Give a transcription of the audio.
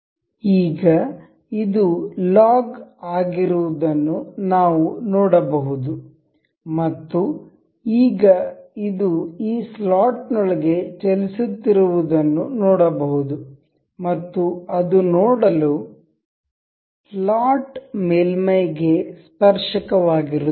ಈಗ ಇದು ಈಗ ಲಾಗ್ ಆಗಿರುವುದನ್ನು ನಾವು ನೋಡಬಹುದು ಮತ್ತು ಈಗ ಇದು ಈ ಸ್ಲಾಟ್ ನೊಳಗೆ ಚಲಿಸುತ್ತಿರುವುದನ್ನು ನೋಡಬಹುದು ಮತ್ತು ಅದು ನೋಡಲು ಸ್ಲಾಟ್ ಮೇಲ್ಮೈಗೆ ಸ್ಪರ್ಶಕವಾಗಿರುತ್ತದೆ